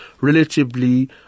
relatively